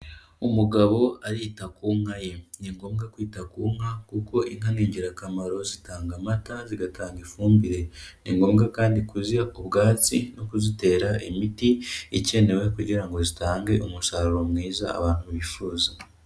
Umugabo arita ku nka ye, ni ngombwa kwita ku nka kuko inka ni ingirakamaro zitanga amata, zigatanga ifumbire, ni ngombwa kandi kuziha ubwatsi no kuzitera imiti ikenewe kugira ngo zitange umusaruro mwiza abantu bifuza.